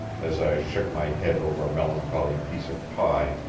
as i shook my head over a melancholy piece of pie,